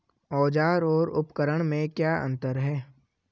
औज़ार और उपकरण में क्या अंतर है?